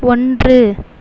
ஒன்று